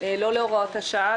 לא להוראת השעה.